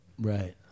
right